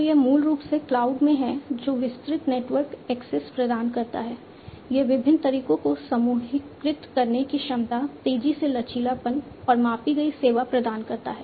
तो यह मूल रूप से क्लाउड में है जो विस्तृत नेटवर्क एक्सेस प्रदान करता है यह विभिन्न तरीकों को समूहीकृत करने की क्षमता तेजी से लचीलापन और मापी गई सेवा प्रदान करता है